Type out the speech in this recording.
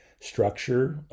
structure